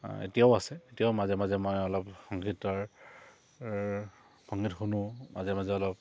এতিয়াও আছে এতিয়াও মাজে মাজে মই অলপ সংগীতৰ সংগীত শুনো মাজে মাজে অলপ